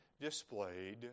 displayed